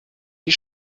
die